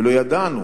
ולא ידענו